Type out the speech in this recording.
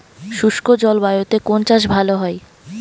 শুষ্ক জলবায়ুতে কোন চাষ ভালো হয়?